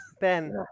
Ben